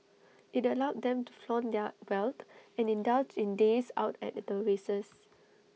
IT allowed them to flaunt their wealth and indulge in days out at the races